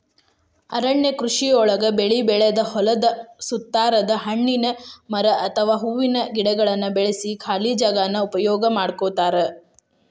ಅರಣ್ಯ ಕೃಷಿಯೊಳಗ ಬೆಳಿ ಬೆಳದ ಹೊಲದ ಸುತ್ತಾರದ ಹಣ್ಣಿನ ಮರ ಅತ್ವಾ ಹೂವಿನ ಗಿಡಗಳನ್ನ ಬೆಳ್ಸಿ ಖಾಲಿ ಜಾಗಾನ ಉಪಯೋಗ ಮಾಡ್ಕೋತಾರ